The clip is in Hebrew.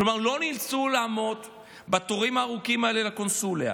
כלומר לא נאלצו לעמוד בתורים הארוכים האלה לקונסוליה,